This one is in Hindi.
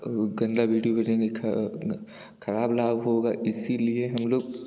गन्दा विडियो भेजेंगे खअ खराब लाभ होगा इसीलिए हम लोग